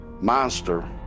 monster